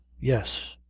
yes.